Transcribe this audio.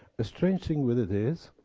the strange thing with it is,